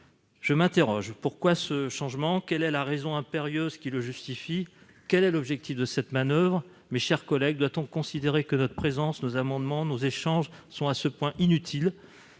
Je m'interroge : pourquoi ce changement ? Quelle est la raison impérieuse qui le justifie ? Quel est l'objectif de cette manoeuvre ? Mes chers collègues, doit-on considérer que notre présence, nos amendements, nos échanges sont à ce point inutiles